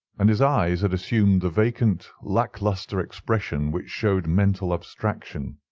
and his eyes had assumed the vacant, lack-lustre expression which showed mental abstraction.